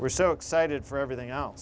we're so excited for everything else